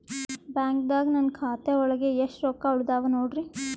ಬ್ಯಾಂಕ್ದಾಗ ನನ್ ಖಾತೆ ಒಳಗೆ ಎಷ್ಟ್ ರೊಕ್ಕ ಉಳದಾವ ನೋಡ್ರಿ?